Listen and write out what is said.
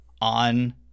on